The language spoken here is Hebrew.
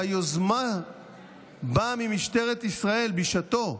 שהיוזמה לה באה ממשטרת ישראל בשעתו,